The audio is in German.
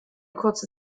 kurze